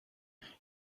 ich